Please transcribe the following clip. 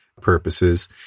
purposes